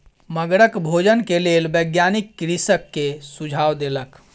मगरक भोजन के लेल वैज्ञानिक कृषक के सुझाव देलक